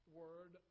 word